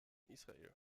israel